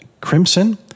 Crimson